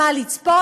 במה לצפות,